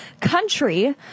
country